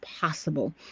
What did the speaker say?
possible